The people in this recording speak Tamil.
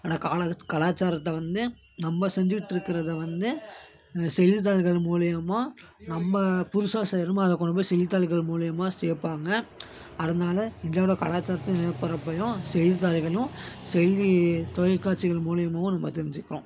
ஆனால் கான கலாச்சாரத்தை வந்து நம்ம செஞ்சுட்டு இருக்கிறத வந்து செய்தித்தாள்கள் மூலிமா நம்ம புதுசாக செய்கிறோமோ அதை கொண்டு போய் செய்தித்தாள்கள் மூலிமா சேர்ப்பாங்க அதனால் இந்தியாவில் கலாச்சாரத்து நிலப்பரப்பையும் செய்தித்தாள்களையும் செய்தி தொலைக்காட்சிகள் மூலிமாவும் நம்ம தெரிஞ்சுக்கிறோம்